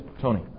Tony